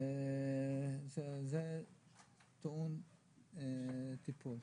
זה טעון טיפול.